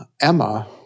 Emma